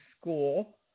school